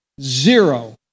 zero